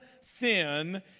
sin